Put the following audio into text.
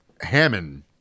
Hammond